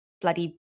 bloody